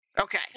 Okay